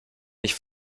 nicht